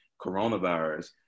coronavirus